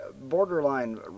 borderline